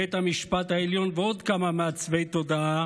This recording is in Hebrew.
בית המשפט העליון ועוד כמה מעצבי תודעה